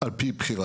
על פי בחירתם,